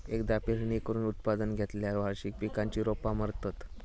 एकदा पेरणी करून उत्पादन घेतल्यार वार्षिक पिकांची रोपा मरतत